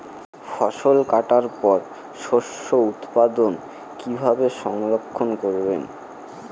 ফসল কাটার পর শস্য উৎপাদন কিভাবে সংরক্ষণ করবেন?